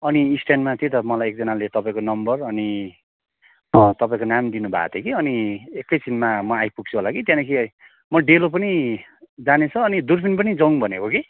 अनि स्ट्यान्डमा त्यही त मलाई एकजनाले तपाईँको नम्बर अनि तपाईँको नाम दिनु भएको थियो कि अनि एकैछिनमा म आइपुग्छु होला कि त्यहाँदेखि म डेलो पनि जानेछु अनि दुर्पिन पनि जाउँ भनेको कि